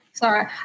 Sorry